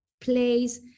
place